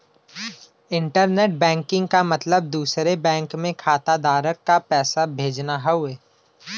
internet banking क मतलब दूसरे बैंक में खाताधारक क पैसा भेजना हउवे